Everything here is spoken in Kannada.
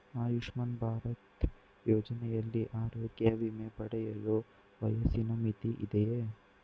ಆಯುಷ್ಮಾನ್ ಭಾರತ್ ಯೋಜನೆಯಲ್ಲಿ ಆರೋಗ್ಯ ವಿಮೆ ಪಡೆಯಲು ವಯಸ್ಸಿನ ಮಿತಿ ಇದೆಯಾ?